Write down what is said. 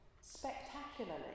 spectacularly